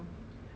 like damn